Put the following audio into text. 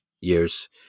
years